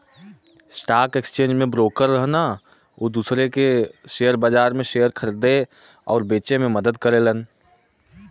stock exchange में broker रहन उ दूसरे के शेयर बाजार में शेयर खरीदे आउर बेचे में मदद करेलन